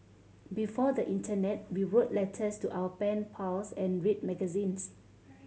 before the internet we wrote letters to our pen pals and read magazines